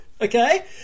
okay